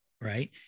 right